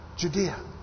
Judea